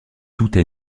toutes